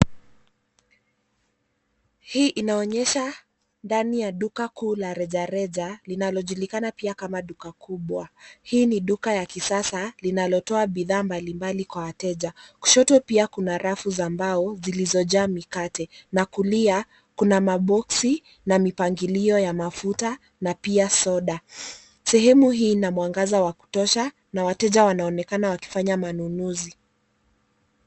Hii inaonyesha ndani ya duka kuu la rejareja linalojulikana pia kama duka kubwa. Hii ni duka ya kisasa, linalotoa bidhaa mbalimbali kwa wateja. Kushoto pia kuna rafu za mbao zilizojaa mikate na kulia, kuna maboksi na mipangilio ya mafuta na pia soda. Sehemu kwenye mwangaza wa kutosha na wateja wanaoonekana wakifanya manunuzi.